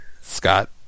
Scott